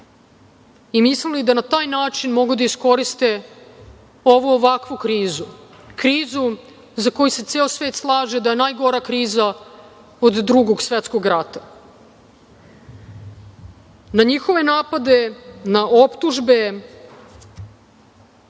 su mislili da na taj način mogu da iskoriste ovu ovakvu krizu, krizu za koju se ceo svet slaže da je najgora kriza od Drugog svetskog rata, na njihove napade, na optužbe